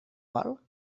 vol